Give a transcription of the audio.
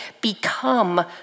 become